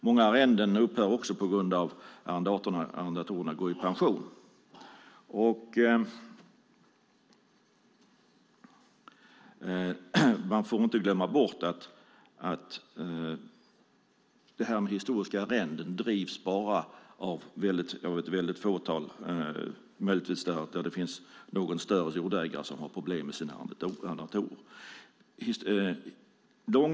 Många arrenden upphör också på grund av att arrendatorerna går i pension. Man får inte glömma bort att detta med historiska arrenden drivs av ett litet fåtal, och det finns någon enstaka större jordägare som har problem med sina arrendatorer.